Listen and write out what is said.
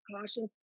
caution